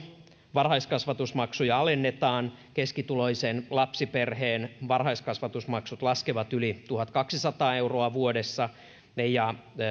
varhaiskasvatusmaksuja alennetaan keskituloisen lapsiperheen varhaiskasvatusmaksut laskevat yli tuhatkaksisataa euroa vuodessa